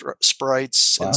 sprites